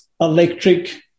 electric